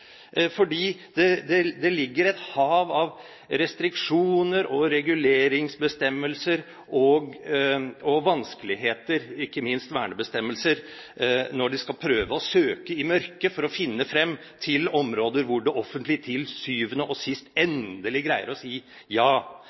fordi det er et hav av restriksjoner og reguleringsbestemmelser og vanskeligheter, ikke minst vernebestemmelser, når de skal prøve å søke i mørket for å finne frem til områder som det offentlige til syvende og sist endelig greier å si ja